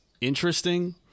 interesting